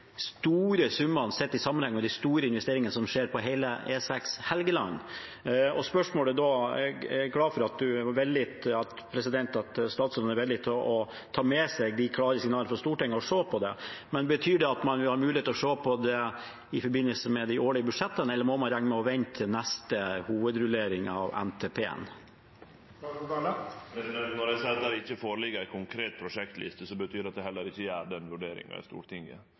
store summene sett i sammenheng med de store investeringene som skjer på hele E6 Helgeland. Jeg er glad for statsråden er villig til å ta med seg de klare signalene fra Stortinget og se på det. Spørsmålet er da: Betyr det at man har mulighet til å se på det i forbindelse med de årlige budsjettene, eller må man regne med å vente til neste hovedrullering av NTP-en? Når eg seier at det ikkje ligg føre ei konkret prosjektliste, betyr det at eg heller ikkje gjer den vurderinga i Stortinget,